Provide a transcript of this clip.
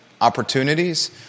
opportunities